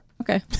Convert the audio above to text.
Okay